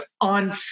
on